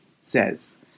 says